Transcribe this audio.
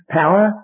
power